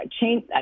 change